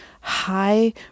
high